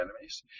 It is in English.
enemies